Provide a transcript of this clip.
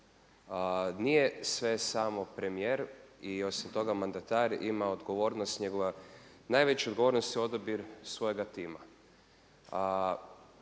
Nije sve samo premijer i osim toga mandatar ima odgovornost, njegova najveća odgovornost je odabir svojega tima.